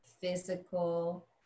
physical